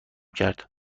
کرد